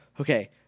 Okay